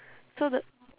so the